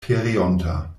pereonta